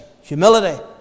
humility